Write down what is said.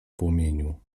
płomieniu